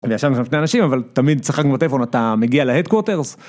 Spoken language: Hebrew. אבל תמיד צחקנו בטלפון אתה מגיע להדקוורטרס.